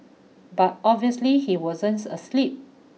but obviously he wasn't asleep